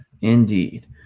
Indeed